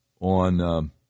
on